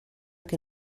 què